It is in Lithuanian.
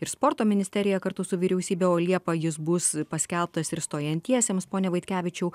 ir sporto ministerija kartu su vyriausybe o liepą jis bus paskelbtas ir stojantiesiems pone vaitkevičiau